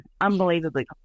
unbelievably